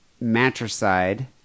matricide